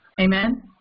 Amen